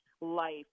life